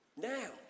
now